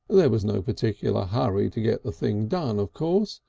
there was no particular hurry to get the thing done, of course,